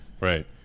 Right